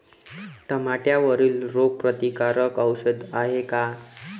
टमाट्यावरील रोग प्रतीकारक औषध हाये का?